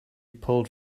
pulled